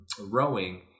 rowing